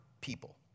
people